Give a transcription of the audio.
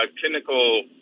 clinical